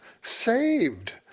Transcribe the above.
saved